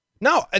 no